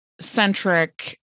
centric